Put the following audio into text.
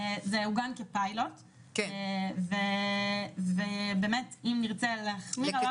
זה עוגן כפיילוט ואם נרצה להחמיר,